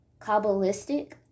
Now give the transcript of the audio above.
Kabbalistic